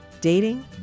dating